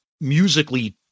musically